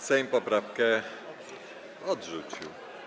Sejm poprawkę odrzucił.